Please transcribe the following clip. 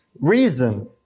reason